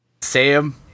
Sam